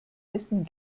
essen